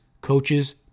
coaches